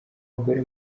bagore